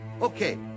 okay